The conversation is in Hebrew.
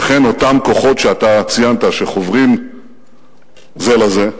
ואכן, אותם כוחות שציינת, שחוברים זה לזה,